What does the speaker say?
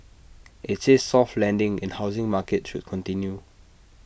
IT says soft landing in housing market should continue